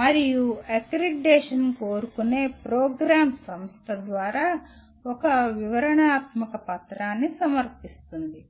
మరియు అక్రిడిటేషన్ కోరుకునే ప్రోగ్రామ్ సంస్థ ద్వారా ఒక వివరణాత్మక పత్రాన్ని సమర్పిస్తుంది